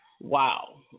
wow